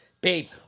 babe